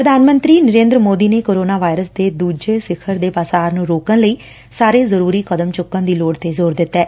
ਪ੍ਧਾਨ ਮੰਤਰੀ ਨਰੇਂਦਰ ਮੋਦੀ ਨੇ ਕੋਰੋਨਾ ਵਾਇਰਸ ਦੇ ਦੂਜੇ ਸਿਖ਼ਰ ਦੇ ਪਾਸਾਰ ਨੂੰ ਰੋਕਣ ਲਈ ਸਾਰੇ ਜ਼ਰੂਰੀ ਕਦਮ ਚੁੱਕਣ ਦੀ ਲੋੜ ਤੇ ਜ਼ੋਰ ਦਿੱਤੈ